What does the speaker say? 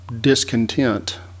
discontent